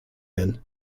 denn